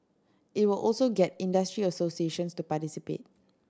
it will also get industry associations to participate